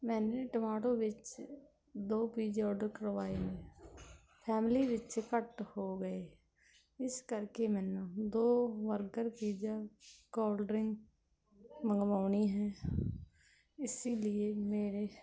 ਮੈਂ ਟਮਾਟੋ ਵਿੱਚ ਦੋ ਪੀਜ਼ੇ ਓਡਰ ਕਰਵਾਏ ਨੇ ਫੈਮਲੀ ਵਿੱਚ ਘੱਟ ਹੋ ਗਏ ਇਸ ਕਰਕੇ ਮੈਨੂੰ ਦੋ ਬਰਗਰ ਪੀਜਾ ਕੋਲਡ੍ਰਿੰਕ ਮੰਗਵਾਉਣੀ ਹੈ ਇਸ ਲਈ ਮੇਰੇ